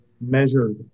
Measured